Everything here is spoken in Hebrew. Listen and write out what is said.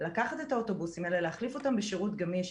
לקחת את האוטובוסים האלה להחליף אותם בשירות גמיש,